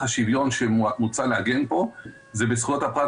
השוויון שמוצע לעגן פה הוא בזכויות הפרט,